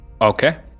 Okay